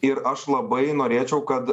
ir aš labai norėčiau kad